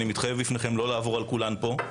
אני מתחייב בפניכם לא לעבור על כולן פה.